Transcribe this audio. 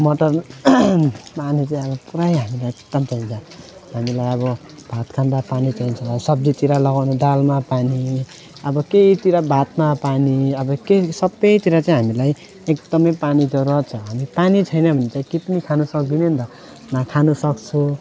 motor पानी चाहिँ अब पुरा हामीलाई एकदम चाहिन्छ हामीलाई अब भात खाँदा पानी चाहिन्छ सब्जीतिर लगाउने दालमा पानी अब केहीतिर भातमा पानी अब केही सबतिर चाहिँ हामीलाई एकदम पानी जरुरत छ हामी पानी छैन भने त केही पनि खानु सक्दिनँ पनि त न खानु सक्छु